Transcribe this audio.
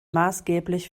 maßgeblich